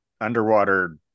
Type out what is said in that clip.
underwater